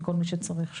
לכל מי שצריך שם.